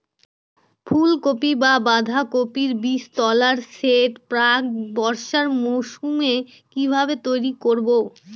ফুলকপি বা বাঁধাকপির বীজতলার সেট প্রাক বর্ষার মৌসুমে কিভাবে তৈরি করব?